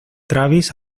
travis